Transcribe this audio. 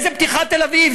איזה פתיחת תל-אביב?